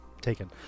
taken